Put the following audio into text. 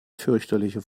fürchterliche